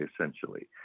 essentially